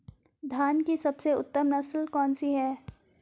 धान की सबसे उत्तम नस्ल कौन सी है?